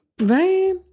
Right